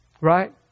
Right